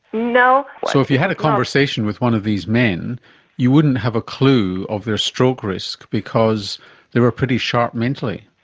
no. so if you had a conversation with one of these men you wouldn't have a clue of their stroke risk because they were pretty sharp mentally?